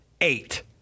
eight